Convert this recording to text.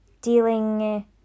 dealing